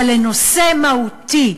אבל לנושא מהותי,